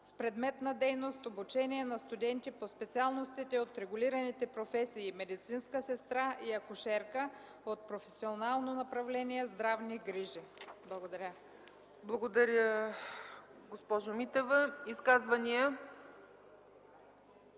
с предмет на дейност обучение на студенти по специалностите от регулираните професии „Медицинска сестра” и „Акушерка” от професионално направление „Здравни грижи”.” Благодаря. ПРЕДСЕДАТЕЛ ЦЕЦКА ЦАЧЕВА: Благодаря, госпожо Митева. Изказвания?